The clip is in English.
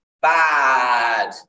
Bad